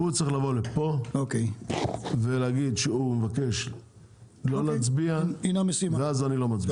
הוא צריך לבוא לפה ולהגיד שהוא מבקש לא להצביע ואז אני לא מצביע.